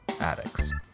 addicts